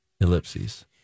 ellipses